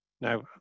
Now